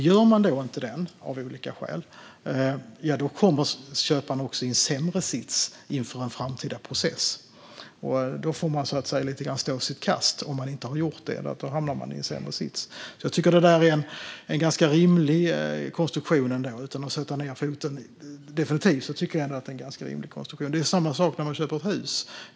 Görs inte den av något skäl kommer köparen i en sämre sits inför en framtida process. Då får man lite grann stå sitt kast. Jag tycker att detta är en ganska rimlig konstruktion, utan att sätta ned foten definitivt. Det är samma sak när man köper hus.